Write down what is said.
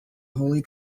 holy